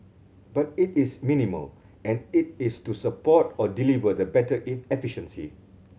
but it is minimal and it is to support or deliver the better